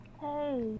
Hey